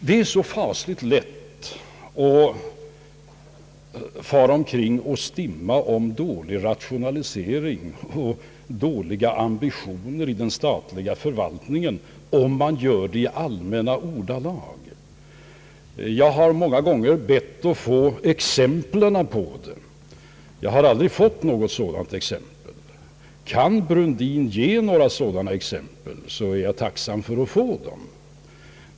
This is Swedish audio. Det är så fasligt lätt att fara omkring och stimma om dålig rationalisering och dåliga ambitioner i den statliga förvaltningen, om man gör det i allmänna ordalag. Jag har många gånger bett att få exempel, men jag har aldrig fått något sådant exempel. Kan herr Brundin ge några exempel är jag tacksam för att få dem.